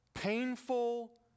painful